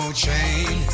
chain